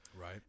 right